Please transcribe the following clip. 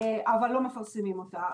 אבל לא מפרסמים אותה.